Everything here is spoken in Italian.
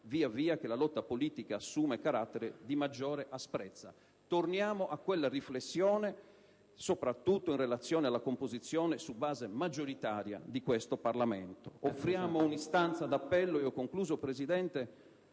via via che la lotta politica assume carattere di maggiore asprezza". Torniamo a quella riflessione, soprattutto in relazione alla composizione su base maggioritaria di questo Parlamento. Offriamo un'istanza di appello a una nostra